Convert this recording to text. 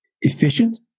efficient